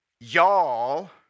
y'all